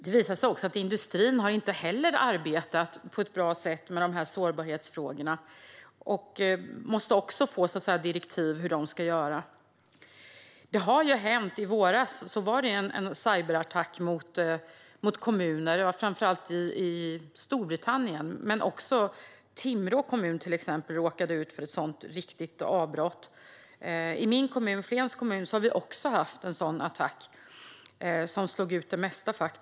Det visar sig också att industrin inte heller har arbetat på ett bra sätt med dessa sårbarhetsfrågor och måste få direktiv om hur de ska göra. I våras skedde en cyberattack mot kommuner. Det var framför allt i Storbritannien. Men även till exempel Timrå kommun råkade ut för ett sådant riktigt avbrott. I min kommun - Flens kommun - har vi också haft en sådan attack som slog ut det mesta.